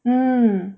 mm